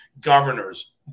Governors